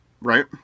right